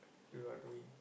you're doing